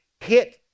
hit